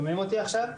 שומעים אותי עכשיו?